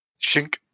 Shink